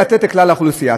לתת לכלל האוכלוסייה.